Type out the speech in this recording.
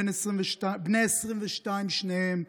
בני 22 שניהם,